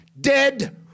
dead